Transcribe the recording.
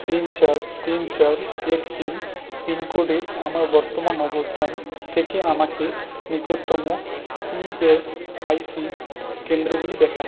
তিন চার তিন চার এক তিন পিনকোডে আমার বর্তমান অবস্থান থেকে আমাকে নিকটতম ই এস আই সি কেন্দ্রগুলি দেখান